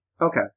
Okay